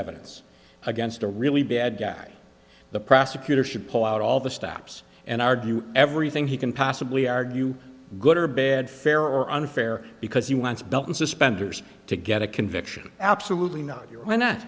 evidence against a really bad guy the prosecutor should pull out all the stops and argue everything he can possibly argue good or bad fair or unfair because he wants a belt and suspenders to get a conviction absolutely not